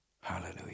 Hallelujah